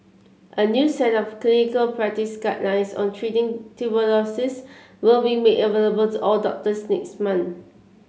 a new set of clinical practice guidelines on treating tuberculosis will be made available to all doctors next month